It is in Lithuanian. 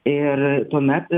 ir tuomet